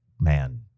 Man